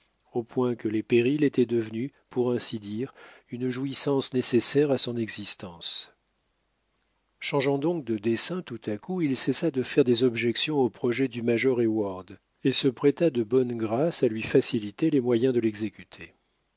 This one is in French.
au point que les périls étaient devenus pour ainsi dire une jouissance nécessaire à son existence changeant donc de dessein tout à coup il cessa de faire des objections au projet du major heyward et se prêta de bonne grâce à lui faciliter les moyens de l'exécuter